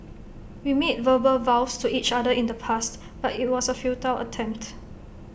we made verbal vows to each other in the past but IT was A futile attempt